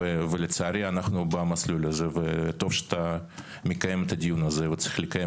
ולצערי אנחנו במסלול הזה שאתה מקיים את הדיון הזה וצריך לקיים